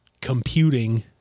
computing